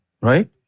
right